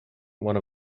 one